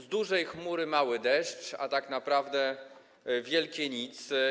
Z dużej chmury mały deszcz, a tak naprawdę wielkie nic.